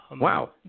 Wow